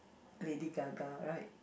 Lady-Gaga right